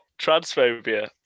transphobia